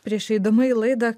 prieš eidama į laidą